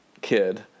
kid